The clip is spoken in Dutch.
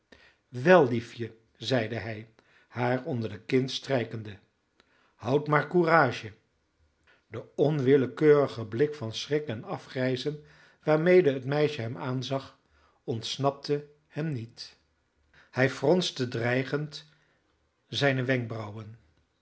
wel liefje zeide hij haar onder de kin strijkende houd maar courage de onwillekeurige blik van schrik en afgrijzen waarmede het meisje hem aanzag ontsnapte hem niet hij fronste dreigend zijne wenkbrauwen